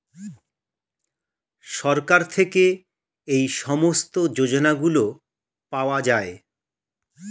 সরকার থেকে এই সমস্ত যোজনাগুলো পাওয়া যায়